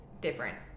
different